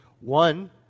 One